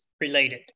related